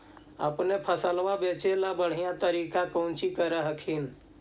अपने फसलबा बचे ला बढ़िया तरीका कौची कर हखिन?